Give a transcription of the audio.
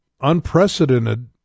unprecedented